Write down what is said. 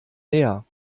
näher